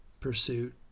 pursuit